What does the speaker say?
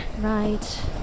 Right